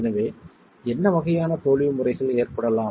எனவே என்ன வகையான தோல்வி முறைகள் ஏற்படலாம்